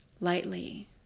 lightly